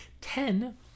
Ten